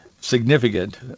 significant